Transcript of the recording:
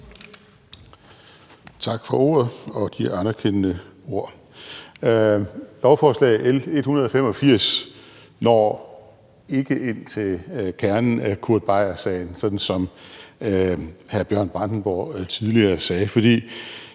Tak for ordet og de anerkendende ord. Lovforslaget nr. L 185 når ikke ind til kernen af Kurt Beier-sagen, sådan som hr. Bjørn Brandenborg tidligere sagde. For